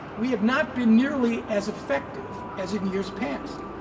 we have not been nearly as effective as in years past.